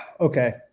okay